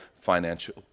financial